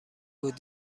بود